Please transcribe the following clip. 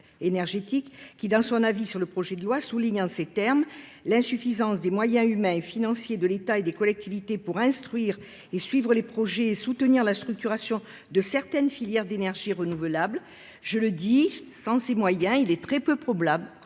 qui, dans son avis sur le projet de loi, indique une « insuffisance des moyens humains et financiers de l'État et des collectivités pour instruire et suivre les projets, et soutenir la structuration de certaines filières d'énergies renouvelables ». Or, sans ces moyens, il est très peu probable